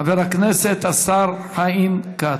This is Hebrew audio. חבר הכנסת השר חיים כץ.